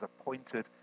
appointed